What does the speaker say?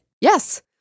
Yes